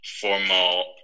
formal